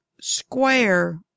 square